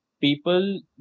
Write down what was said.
people